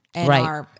Right